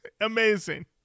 Amazing